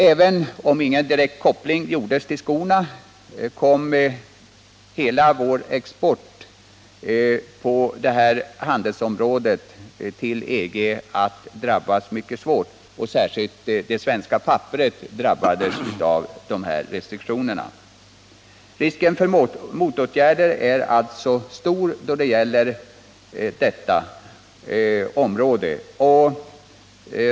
Även om ingen direkt koppling gjordes till skorna, kom hela vår export på detta handelsområde till EG att drabbas mycket svårt. Särskilt träffades det svenska papperet av dessa restriktioner. Risken för motåtgärder är alltså stor när det gäller detta område.